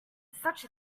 such